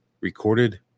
recorded